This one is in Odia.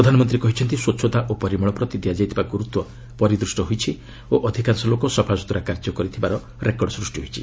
ପ୍ରଧାନମନ୍ତ୍ରୀ କହିଛନ୍ତି ସ୍ୱଚ୍ଚତା ଓ ପରିମଳ ପ୍ରତି ଦିଆଯାଇଥିବା ଗୁରୁତ୍ୱ ପରିଦୂଷ୍ଟ ହୋଇଛି ଓ ଅଧିକାଂଶ ଲୋକ ସଫାସୁତୁରା କାର୍ଯ୍ୟ କରିଥିବାର ରେକର୍ଡ଼ ସ୍ପଷ୍ଟି ହୋଇଛି